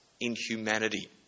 inhumanity